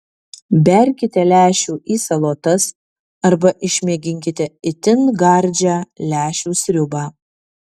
berkite lęšių į salotas arba išmėginkite itin gardžią lęšių sriubą